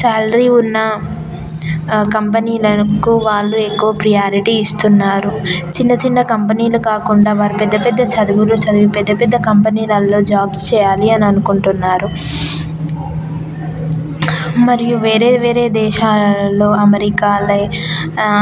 salary ఉన్నా కంపెనీలకు వాళ్ళు ఎక్కువ ప్రేయారిటీ ఇస్తున్నారు చిన్న చిన్న కంపెనీలు కాకుండా వాళ్ళు పెద్ద పెద్ద చదువులు చదివి పెద్ద పెద్ద కంపెనీలలో జాబ్స్ చేయాలి అని అనుకుంటున్నారు మరియు వేరే వేరే దేశాలలో అమెరికా లైక్